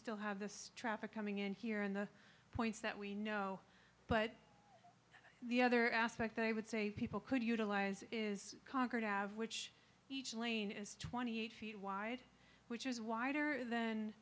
still have this traffic coming in here and the points that we know but the other aspect that i would say people could utilize is concord have which each lane is twenty eight feet wide which is wider than